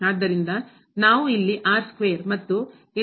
ಆದ್ದರಿಂದ ನಾವು ಇಲ್ಲಿ ಮತ್ತು ಇಲ್ಲಿ